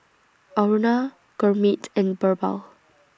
Aruna Gurmeet and Birbal